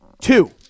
Two